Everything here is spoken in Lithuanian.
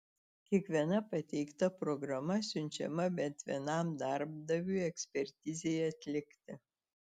kiekviena pateikta programa siunčiama bent vienam darbdaviui ekspertizei atlikti